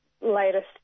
latest